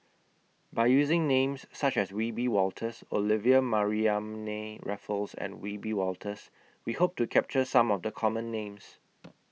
By using Names such as Wiebe Wolters Olivia Mariamne Raffles and Wiebe Wolters We Hope to capture Some of The Common Names